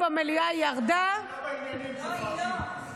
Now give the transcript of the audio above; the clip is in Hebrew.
כנסת נכבדה, הבנתי שהיום נמנע משבר בקואליציה.